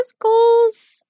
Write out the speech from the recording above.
goals